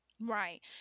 Right